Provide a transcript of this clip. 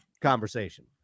conversation